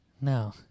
No